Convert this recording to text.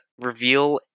reveal